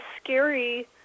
scary